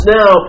now